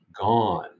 gone